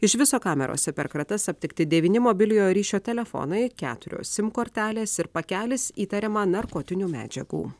iš viso kamerose per kratas aptikti devyni mobiliojo ryšio telefonai keturios sim kortelės ir pakelis įtariama narkotinių medžiagų